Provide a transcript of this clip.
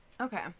Okay